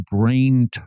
brain